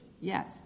yes